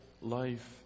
life